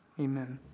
Amen